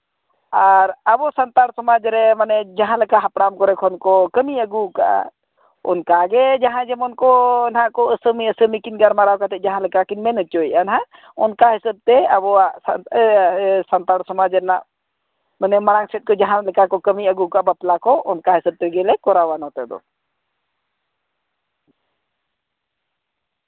ᱟᱨ ᱟᱵᱚ ᱥᱟᱱᱛᱟᱲ ᱥᱚᱢᱟᱡᱽ ᱨᱮ ᱢᱟᱱᱮ ᱡᱟᱦᱟᱸᱞᱮᱠᱟ ᱦᱟᱯᱲᱟᱢ ᱠᱚᱨᱮ ᱠᱷᱚᱱ ᱠᱚ ᱠᱟᱹᱢᱤ ᱟᱹᱜᱩᱣᱟᱠᱟᱜᱼᱟ ᱚᱱᱠᱟ ᱜᱮ ᱡᱟᱦᱟᱸᱭ ᱡᱮᱢᱚᱱ ᱠᱚ ᱱᱟᱜ ᱠᱚ ᱟᱹᱥᱟᱹᱢᱤ ᱟᱹᱥᱟᱹᱢᱤ ᱠᱤᱱ ᱜᱟᱞᱢᱟᱨᱟᱣ ᱠᱟᱛᱮᱫ ᱡᱟᱦᱟᱸᱞᱮᱠᱟ ᱠᱤᱱ ᱢᱮᱱ ᱦᱚᱪᱚᱭᱮᱜᱼᱟ ᱱᱟᱜ ᱚᱱᱠᱟ ᱦᱤᱥᱟᱹᱵᱽ ᱛᱮ ᱟᱵᱚᱣᱟᱜ ᱥᱟᱱᱛᱟᱲ ᱥᱚᱢᱟᱡᱽ ᱨᱮᱱᱟᱜ ᱢᱟᱱᱮ ᱢᱟᱲᱟᱝ ᱥᱮᱫ ᱛᱮ ᱡᱟᱦᱟᱸᱞᱮᱠᱟ ᱠᱟᱹᱢᱤ ᱟᱹᱜᱩᱣᱟᱠᱟᱜ ᱵᱟᱯᱞᱟ ᱠᱚ ᱚᱱᱠᱟ ᱦᱤᱥᱟᱵᱽ ᱛᱮᱜᱮ ᱞᱮ ᱠᱚᱨᱟᱣᱟ ᱱᱚᱛᱮ ᱫᱚ